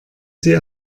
sie